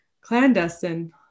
Clandestine